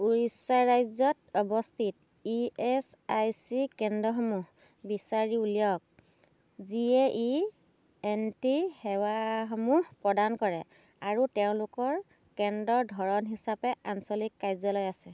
উৰিষ্যা ৰাজ্যত অৱস্থিত E S I C কেন্দ্ৰসমূহ বিচাৰি উলিয়াওক যিয়ে ই এন টি সেৱাসমূহ প্ৰদান কৰে আৰু তেওঁলোকৰ কেন্দ্ৰৰ ধৰণ হিচাপে আঞ্চলিক কাৰ্যালয় আছে